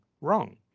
wrong